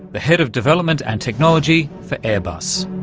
the head of development and technology for airbus.